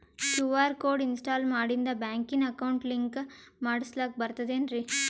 QR code install ಮಾಡಿಂದ ಬ್ಯಾಂಕಿನ account link ಮಾಡಸ್ಲಾಕ ಬರ್ತದೇನ್ರಿ